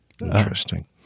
Interesting